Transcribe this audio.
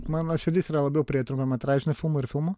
mano širdis yra labiau prie trumpametražio filmo ir filmų